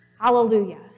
Hallelujah